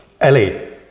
Ellie